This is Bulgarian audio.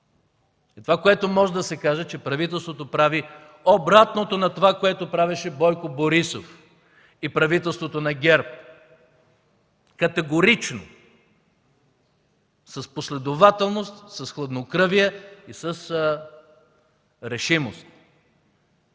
Това, което може да се каже, е, че правителството прави обратното на това, което правеше Бойко Борисов и правителството на ГЕРБ – категорично, с последователност, с хладнокръвие и с решимост.